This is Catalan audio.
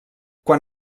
quan